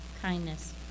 kindness